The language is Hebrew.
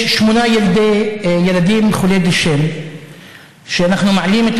יש שמונה ילדים חולי דושן שאנחנו מעלים את